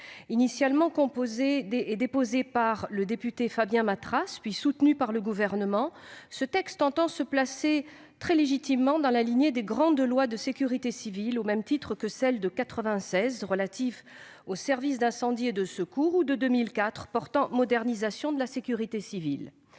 Initialement déposée par le député Fabien Matras puis soutenue par le Gouvernement, cette proposition de loi s'inscrit dans la lignée des grandes lois de sécurité civile, au même titre que celle de 1996 relative aux services d'incendie et de secours ou celle de 2004 portant modernisation de la sécurité civile.